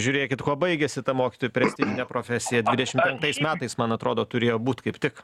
žiūrėkit kuo baigėsi ta mokytojų prestižinė profesija dvidešim penktais metais man atrodo turėjo būt kaip tik